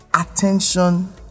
attention